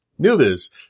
Nuvis